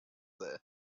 there